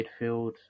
midfield